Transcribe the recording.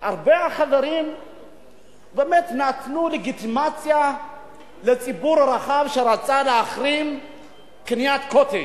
הרבה חברים באמת נתנו לגיטימציה לציבור הרחב שרצה להחרים קניית "קוטג'"